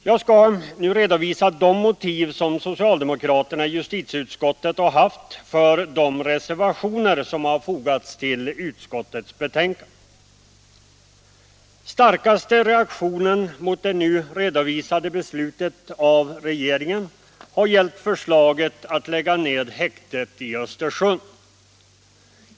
Jag skall nu redovisa de motiv som socialdemokraterna i justitieutskottet har haft för de reservationer som har fogats ull utskottets betänkande. Starkaste reaktionen mot det nu redovisade beslutet av regeringen har gällt förslaget om att lägga ned häktet i Östersund.